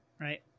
right